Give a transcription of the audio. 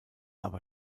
aber